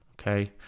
Okay